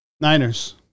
Niners